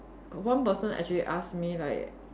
one person actually ask me like